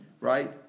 right